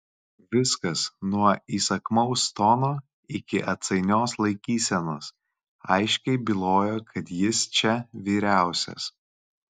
viskas nuo įsakmaus tono iki atsainios laikysenos aiškiai bylojo kad jis čia vyriausias